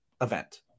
event